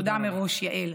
תודה מראש, יעל.